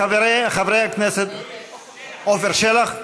חבר הכנסת עפר שלח?